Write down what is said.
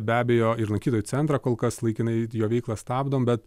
be abejo ir lankytojų centrą kol kas laikinai jo veiklą stabdom bet